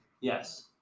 Yes